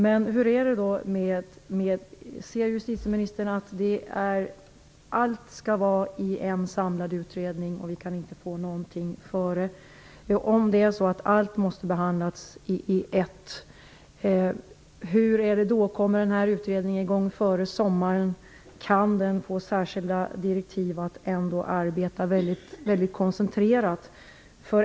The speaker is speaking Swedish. Men anser justitieministern att allt skall behandlas i en samlad utredning och att vi inte kan få något i förväg? Om allt måste behandlas i ett sammanhang är det då så att utredningen kommer i gång före sommaren? Kan den få särskilda direktiv att arbeta mycket koncentrerat?